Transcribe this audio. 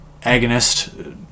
agonist